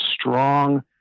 strong